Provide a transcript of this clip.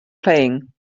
playing